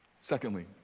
Secondly